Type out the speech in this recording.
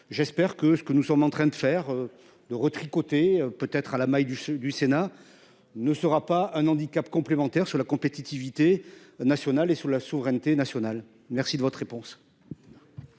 J'espère que ce que nous sommes en train de faire 2 retricoter peut être à la maille du du Sénat ne sera pas un handicap complémentaires sur la compétitivité nationale et sur la souveraineté nationale. Merci de votre réponse.